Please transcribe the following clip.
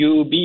UB